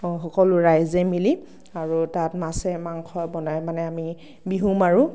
সকলো ৰাইজে মিলি আৰু তাত মাছে মাংসই বনাই মানে আমি বিহু মাৰো